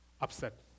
upset